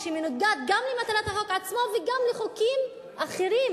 שמנוגד גם למטרת החוק עצמו וגם לחוקים אחרים,